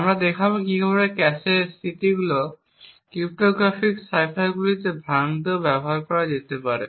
আমরা দেখাব কীভাবে ক্যাশে স্মৃতিগুলিকে ক্রিপ্টোগ্রাফিক সাইফারগুলি ভাঙতেও ব্যবহার করা যেতে পারে